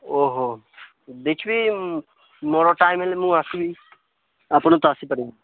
ଓହୋ ଦେଖିବି ମୋର ଟାଇମ୍ ହେଲେ ମୁଁ ଆସିବି ଆପଣ ତ ଆସିପାରିବେନି